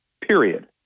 period